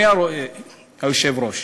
אדוני היושב-ראש,